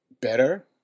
better